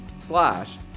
Slash